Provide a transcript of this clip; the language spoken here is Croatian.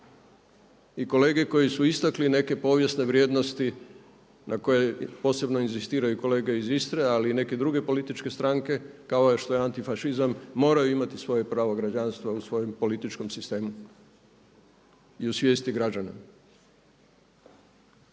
I kolege koji su istakli neke povijesne vrijednosti na koje posebno inzistiraju kolege iz Istre, ali i neke druge političke stranke kao što je antifašizam moraju imati svoje pravo građanstva u svojem političkom sistemu i u svijesti građana.